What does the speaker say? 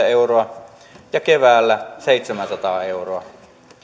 euroa ja keväällä seitsemääsataa euroa